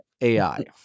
AI